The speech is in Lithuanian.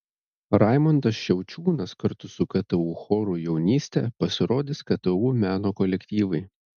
raimundas šiaučiūnas kartu su ktu choru jaunystė pasirodys ktu meno kolektyvai